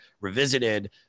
revisited